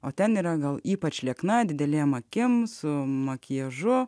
o ten yra gal ypač liekna didelėm akim su makiažu